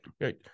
Right